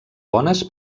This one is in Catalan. bones